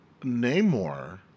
Namor